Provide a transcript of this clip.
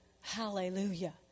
Hallelujah